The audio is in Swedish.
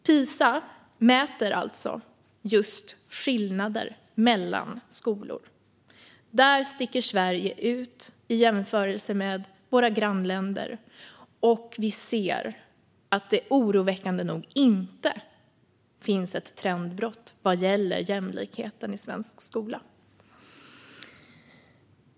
PISA mäter alltså just skillnader mellan skolor. Där sticker Sverige ut i jämförelse med våra grannländer. Vi ser också att det oroväckande nog inte finns ett trendbrott vad gäller jämlikheten i svensk skola.